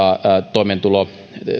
toimeentulo